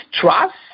trust